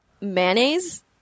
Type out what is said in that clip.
mayonnaise